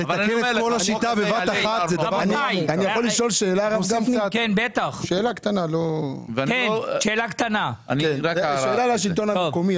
אני יכול לשאול שאלה קטנה את השלטון המקומי,